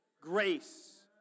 grace